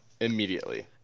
immediately